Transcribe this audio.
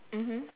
mmhmm